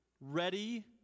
Ready